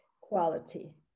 quality